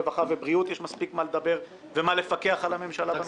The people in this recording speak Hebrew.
רווחה ובריאות יש מספיק מה לדבר ומה לפקח על הממשלה.